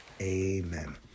amen